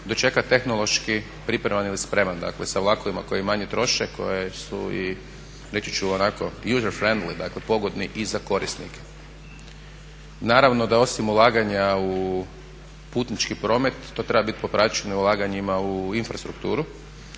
dočeka tehnološki pripreman ili spreman, dakle sa vlakovima koji manje troše, koji su i reći ću onako usually friendly, dakle pogodni i za korisnike. Naravno da osim ulaganja u putnički promet to treba bit popraćeno i ulaganjima u infrastrukturu,